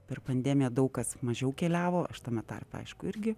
per pandemiją daug kas mažiau keliavo aš tame tarpe aišku irgi